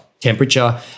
temperature